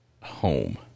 home